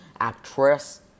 actress